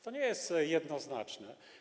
To nie jest jednoznaczne.